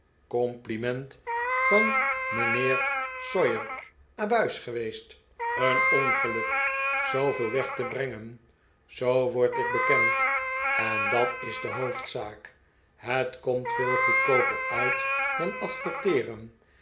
compliment van mijnheer sawyer abuis geweest een ongeluk zoo veel weg te brengen zoo word ik bekend en dat is de hoofdzaak het komt veel goedkooper uit dan adverteeren